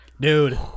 Dude